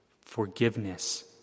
forgiveness